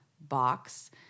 box